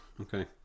okay